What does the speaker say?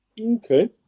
Okay